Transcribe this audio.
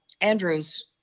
Andrews